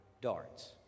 darts